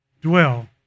dwell